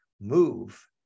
move